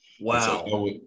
Wow